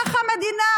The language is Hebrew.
ככה המדינה